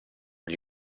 gli